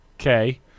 Okay